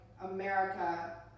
America